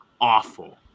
awful